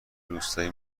روستایی